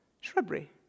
Shrubbery